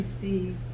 see